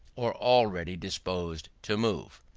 or already disposed to move.